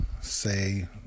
say